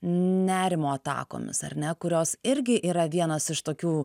nerimo atakomis ar ne kurios irgi yra vienas iš tokių